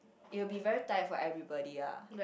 it will be very tired for everybody lah